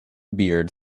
beard